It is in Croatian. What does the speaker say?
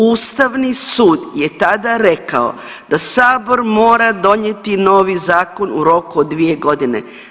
Ustavni sud je tada rekao da sabor mora donijeti novi zakon u roku od dvije godine.